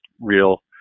real